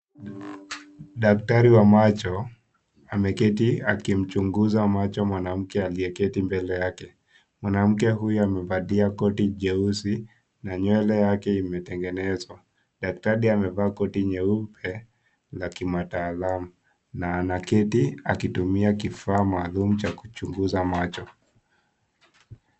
Dakatri wa macho ameketi akimchunguza macho mwanamke aliyeketi mbele yake, mwanamke huyu amevalia koti jeusi na nywele yake imetengenezwa, daktari amevaa koti nyeupe la kimataalamu na anaketi akitumia kifaa maalum cha kuchunguza macho.